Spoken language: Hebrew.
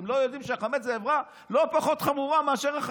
הם לא יודעים שהחמץ זה עבירה לא פחות חמורה מאשר,